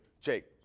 Jake